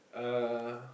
uh